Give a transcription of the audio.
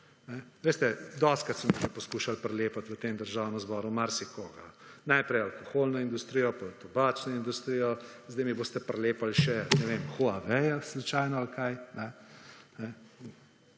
Veste, dostikrat ste mi poskušali prilepiti v tem Državnem zboru marsikoga. Najprej alkoholno industrijo, potem tobačno industrijo. Zdaj mi boste prilepili še, ne vem, Huawei slučajno ali kaj?